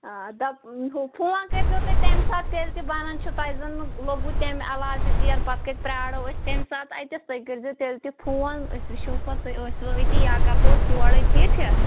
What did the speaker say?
آ دَپ ہُہ فون کٔرۍزیٚو تُہۍ تَمہِ ساتہٕ تیٚلہِ تہٕ بَنان چھُ تۄہہِ زَن نہٕ لوٚگوٕ تَمہِ علاوٕ تہِ ژیر پَتہٕ کَتہِ پرٛارو أسۍ تمہِ ساتہٕ اَتٮ۪تھ تُہۍ کٔرۍزیٚو تیٚلہِ تہِ فون أسۍ وُچھو پَتہٕ تُہۍ ٲسۍوا أتی یا کَرہو أسۍ یورے ٹھیٖک چھا